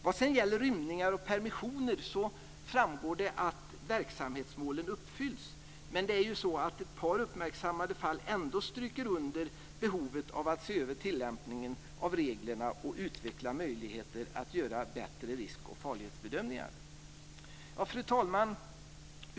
När det sedan gäller rymningar och permissioner framgår det att verksamhetsmålen har uppfyllts. Men ett par uppmärksammade fall stryker ändå under behovet av att man ska se över tillämpningen av reglerna och utveckla möjligheter att göra bättre risk och farlighetsbedömningar. Fru talman!